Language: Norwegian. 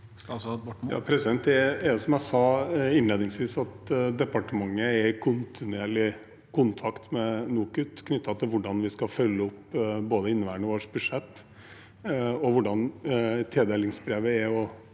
Moe Det er, som jeg sa innledningsvis, slik at departementet er i kontinuerlig kontakt med NOKUT knyttet til hvordan vi skal følge opp både inneværende års budsjett, og hvordan tildelingsbrevet er å